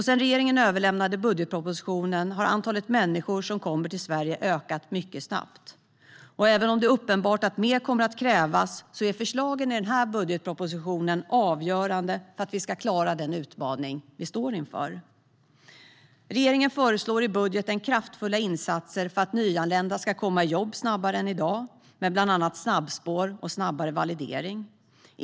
Sedan regeringen överlämnade budgetpropositionen har antalet människor som kommer till Sverige ökat mycket snabbt, och även om det är uppenbart att mer kommer att krävas är förslagen i budgetpropositionen avgörande för att vi ska klara den utmaning vi står inför. Regeringen föreslår i budgeten kraftfulla insatser för att nyanlända ska komma i jobb snabbare än i dag, bland annat genom snabbspår och snabbare validering.